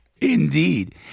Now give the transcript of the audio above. Indeed